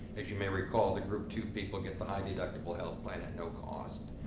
as you may recall, the group two people get the high deductible health plan at no cost.